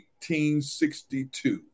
1862